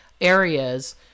areas